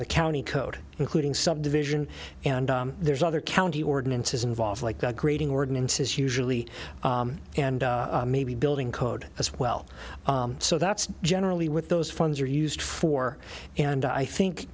the county code including subdivision and there's other county ordinances involved like grading ordinances usually and maybe building code as well so that's generally with those funds are used for and i think